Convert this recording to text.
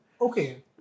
Okay